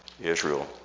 Israel